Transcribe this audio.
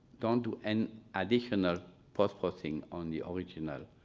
don't do any additional post-processing on the original.